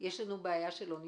יש לנו בעיה שלא נפתרת.